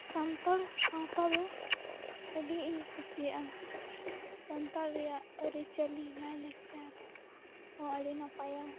ᱥᱟᱱᱛᱟᱲ ᱥᱟᱶᱛᱟ ᱫᱚ ᱟᱹᱰᱤᱜᱮᱧ ᱠᱩᱥᱤᱭᱟᱜᱼᱟ ᱥᱟᱱᱛᱟᱲ ᱨᱮᱭᱟᱜ ᱟᱹᱨᱤᱪᱟᱹᱞᱤ ᱞᱟᱭᱼᱞᱟᱠᱪᱟᱨᱦᱚᱸ ᱟᱹᱰᱤ ᱱᱟᱯᱟᱭᱟ